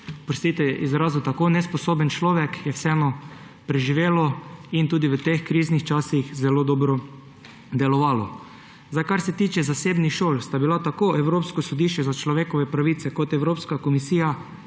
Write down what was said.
oprostite izrazu, tako nesposoben človek, je vseeno preživelo in tudi v teh kriznih časih zelo dobro delovalo. Kar se tiče zasebnih šol, sta bila tako Evropsko sodišče za človekove pravice kot Evropska komisija